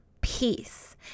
peace